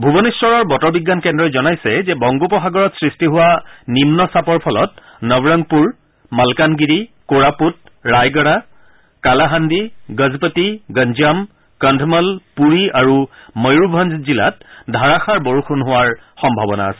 ভুৱনেশ্বৰৰ বতৰ বিজ্ঞান কেন্দ্ৰই জনাইছে যে বংগোপসাগৰত সৃষ্টি হোৱা নিম্ন চাপৰ ফলত নৱৰংপুৰ মালকানগিৰি ক ৰাপুট ৰায়গড়া কালাহান্দি গজপতি গঞ্জাম কন্ধমল পুৰী আৰু ময়ুৰভঞ্জ জিলাত ধাৰাষাৰ বৰষুণ হোৱাৰ সম্ভাৱনা আছে